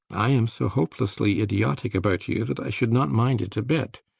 i am so hopelessly idiotic about you that i should not mind it a bit.